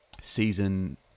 season